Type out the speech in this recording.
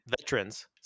Veterans